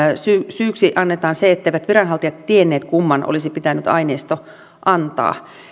syyksi annetaan se etteivät viranhaltijat tienneet kumman olisi pitänyt aineisto antaa